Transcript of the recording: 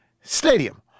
Stadium